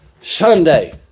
Sunday